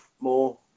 more